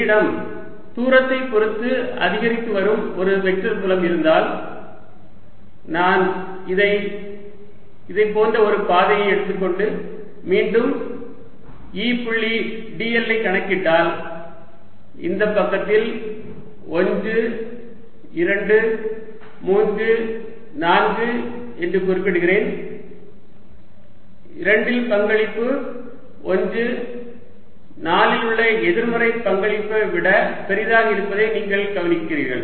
என்னிடம் தூரத்தை பொறுத்து அதிகரித்துவரும் ஒரு வெக்டர் புலம் இருந்தால் நான் இதைப் போன்ற ஒரு பாதையை எடுத்து மீண்டும் E புள்ளி dl ஐக் கணக்கிட்டால் இந்த பக்கத்தில் 1 2 3 4 என்று குறிப்பிடுகிறேன் 2 இல் பங்களிப்பு 1 4 இல் உள்ள எதிர்மறை பங்களிப்பை விட பெரியதாக இருப்பதை நீங்கள் கவனிப்பீர்கள்